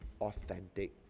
authentic